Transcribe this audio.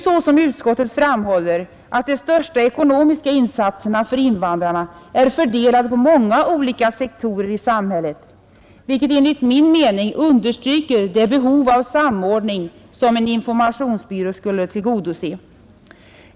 Som utskottet framhåller är de största ekonomiska insatserna för invandrarna fördelade på många olika sektorer i samhället, vilket enligt min mening understryker det behov av samordning som en informationsbyrå skulle tillgodose.